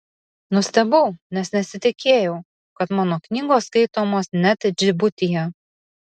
nustebau nes nesitikėjau kad mano knygos skaitomos net džibutyje